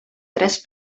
tres